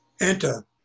Enter